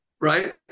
right